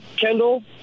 Kendall